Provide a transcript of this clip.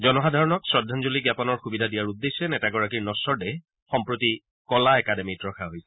জনসাধাৰণক শ্ৰদ্ধাঞ্জলি জ্ঞাপনৰ সূবিধা দিয়াৰ উদ্দেশ্যে নেতাগৰাকীৰ নগ্বৰ দেহ সম্প্ৰতি কলা একাডেমিত ৰখা হৈছে